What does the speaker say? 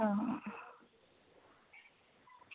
हां